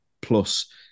plus